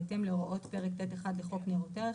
בהתאם להוראות פרק ט'1 לחוק ניירות ערך,